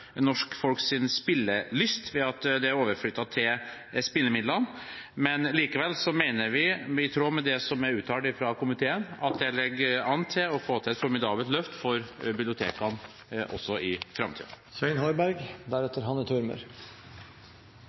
spillelyst ved at det er overflyttet til spillemidlene, men likevel mener vi, i tråd med det som er uttalt fra komiteen, at det ligger an til et formidabelt løft for bibliotekene også i